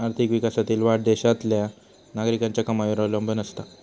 आर्थिक विकासातील वाढ देशातल्या नागरिकांच्या कमाईवर अवलंबून असता